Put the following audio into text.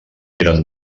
eren